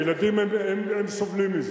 הילדים סובלים מזה,